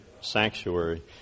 sanctuary